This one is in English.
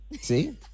See